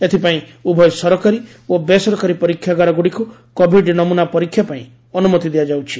ଏଥିପାଇଁ ଉଭୟ ସରକାରୀ ଓ ବେସରକାରୀ ପରୀକ୍ଷାଘାର ଗୁଡ଼ିକୁ କୋଭିଡ ନମୂନା ପରୀକ୍ଷା ପାଇଁ ଅନୁମତି ଦିଆଯାଉଛି